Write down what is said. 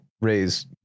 raise